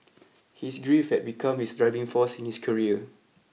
his grief had become his driving force in his career